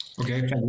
Okay